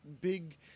big